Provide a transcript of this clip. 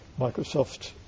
Microsoft